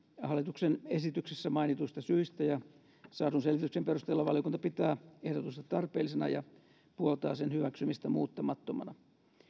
hallituksen esityksessä mainituista syistä ja saadun selvityksen perusteella valiokunta pitää ehdotusta tarpeellisena ja puoltaa sen hyväksymistä muuttamattomana